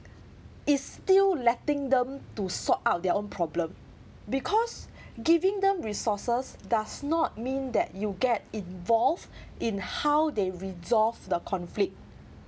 is still letting them to sort out their own problem because giving them resources does not mean that you get involve in how they resolve the conflict